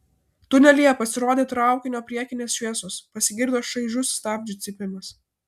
tunelyje pasirodė traukinio priekinės šviesos pasigirdo šaižus stabdžių cypimas